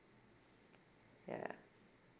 ya